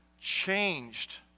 changed